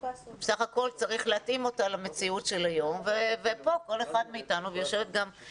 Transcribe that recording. בסך הכול צריך להתאים אותה למציאות של היום וכאן כל אחד מאתנו יעשה.